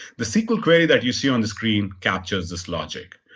the sql query that you see on the screen captures this logic.